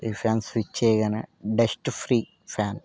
ఈ fan switch వేయగానే dust free fan